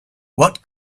what